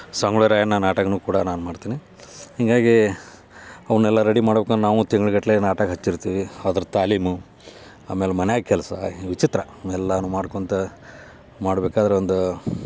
ಸಂಗೊಳ್ಳಿ ರಾಯಣ್ಣ ನಾಟಕನೂ ಕೂಡ ನಾನು ಮಾಡ್ತೀನಿ ಹಿಂಗಾಗಿ ಅವನ್ನೆಲ್ಲ ರೆಡಿ ಮಾಡ್ಬೇಕಂದ್ರ್ ನಾವು ತಿಂಗ್ಳುಗಟ್ಲೆ ನಾಟಕ ಹಚ್ಚಿರ್ತೀವಿ ಅದ್ರ ತಾಲೀಮು ಆಮೇಲೆ ಮನೆ ಕೆಲಸ ಈ ವಿಚಿತ್ರ ಎಲ್ಲನೂ ಮಾಡ್ಕೊತ ಮಾಡ್ಬೇಕಾದ್ರೆ ಒಂದು